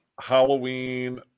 Halloween